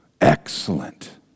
excellent